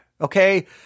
okay